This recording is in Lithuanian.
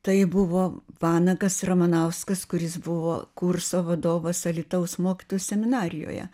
tai buvo vanagas ramanauskas kuris buvo kurso vadovas alytaus mokytojų seminarijoje